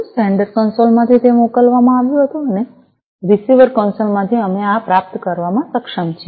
sender કન્સોલમાંથી તે મોકલવામાં આવ્યું હતું અને રિસીવર કન્સોલમાંથી અમે આ પ્રાપ્ત કરવામાં સક્ષમ છીએ